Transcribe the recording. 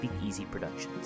speakeasyproductions